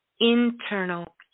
internal